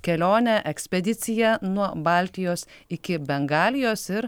kelionę ekspediciją nuo baltijos iki bengalijos ir